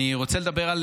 אני רוצה לדבר על